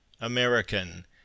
American